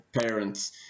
parents